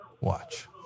Watch